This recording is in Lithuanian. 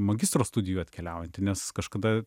magistro studijų atkeliaujanti nes kažkada